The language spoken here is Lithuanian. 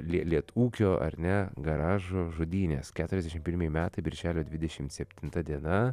lietūkio ar ne garažo žudynės keturiasdešimt pirmi metai birželio dvidešimt septinta diena